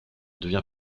devint